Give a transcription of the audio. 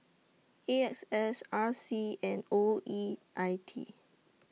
A X S R C and O E I T